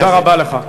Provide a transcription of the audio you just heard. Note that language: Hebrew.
תודה רבה לך.